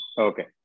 Okay